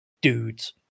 dudes